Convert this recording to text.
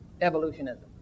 evolutionism